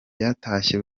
batashye